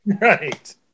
Right